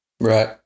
right